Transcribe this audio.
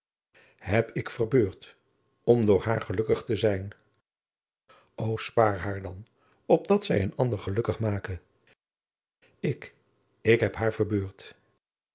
heb ik verbeurd om door haar gelukkig te zijn o spaar haar dan opdat zij een ander gelukkig make ik ik heb haar verbeurd